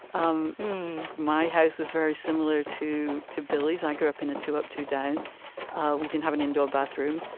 um my house was very similar to to billy's. i grew up in a two-up, two-down. we didn't have an indoor bathroom.